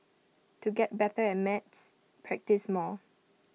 to get better at maths practise more